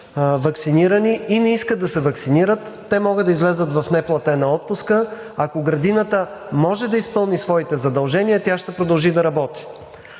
ваксинирани и не искат да се ваксинират, те могат да излязат в неплатена отпуска. Ако градината може да изпълни своите задължения, тя ще продължи да работи.